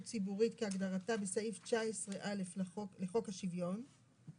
ציבורית כהגדרתה בסעיף 19א לחוק השוויון,